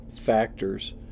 factors